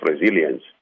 resilience